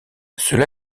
cela